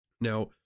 Now